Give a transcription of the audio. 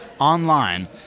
online